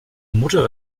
mutter